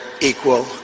equal